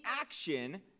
action